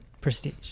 prestige